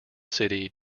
city